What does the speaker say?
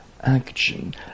action